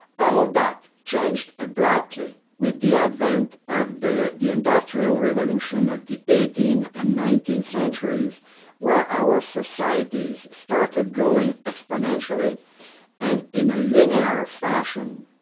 all that changed abruptly with the advent of the the industrial revolution of the eighteenth and nineteenth centuries when our societies started growing exponentially and in a linear fashion.